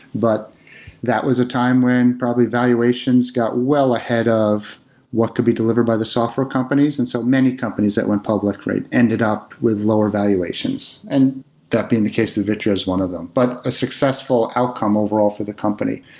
but that was a time when probably valuations got well ahead of what could be delivered by the software companies. and so many companies that went public ended up with lower valuations, and that being the case of vitro is one of them, but a successful outcome overall for the company.